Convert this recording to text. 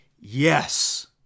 Yes